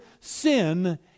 sin